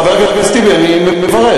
חבר הכנסת טיבי, אני מברך.